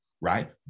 right